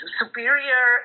superior